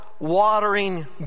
watering